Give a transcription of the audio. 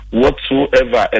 whatsoever